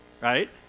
right